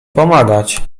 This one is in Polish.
pomagać